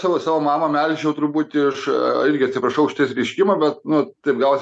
savo savo mamą melžiau trubūt iš irgi atsiprašau už tą išsireiškimą na bet nu taip gavosi